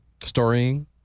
storying